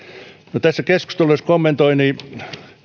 tässä keskustelua jos kommentoin niin